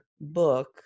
book